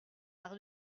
par